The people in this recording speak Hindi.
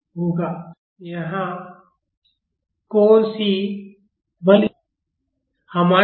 fs fD 𝑐𝑥̇ 𝑚𝑥̈𝑐𝑥̇𝑘𝑥𝐹𝑡 तो यहाँ कौन सी बल हैं